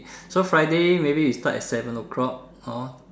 so Friday maybe we start at seven o-clock hor